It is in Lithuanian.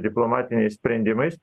diplomatiniais sprendimais